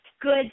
good